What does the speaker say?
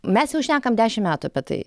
mes jau šnekam dešimt metų apie tai